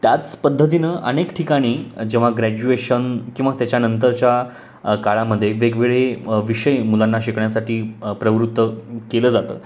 त्याच पद्धतीनं अनेक ठिकाणी जेव्हा ग्रॅज्युएशन किंवा त्याच्यानंतरच्या काळामध्ये वेगवेगळे विषय मुलांना शिकण्यासाठी प्रवृत्त केलं जातं